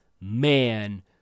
man